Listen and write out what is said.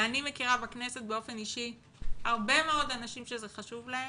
ואני מכירה בכנסת באופן אישי הרבה מאוד אנשים שזה חשוב להם,